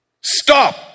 stop